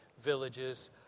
villages